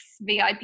VIP